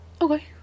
Okay